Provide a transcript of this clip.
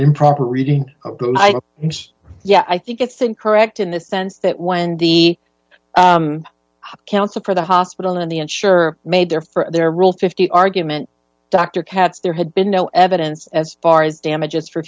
improper reading yeah i think it's incorrect in the sense that when the counsel for the hospital and the insurer made their for their rule fifty argument dr katz there had been no evidence as far as damages for